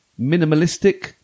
minimalistic